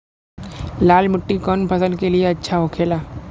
लाल मिट्टी कौन फसल के लिए अच्छा होखे ला?